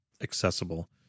accessible